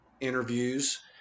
interviews